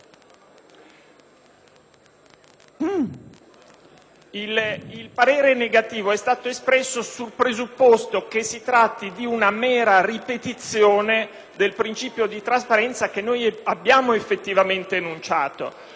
Il parere contrario è stato espresso sul presupposto che si tratti di una mera ripetizione del principio di trasparenza che noi abbiamo effettivamente enunciato. Faccio presente, però, che